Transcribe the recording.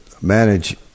manage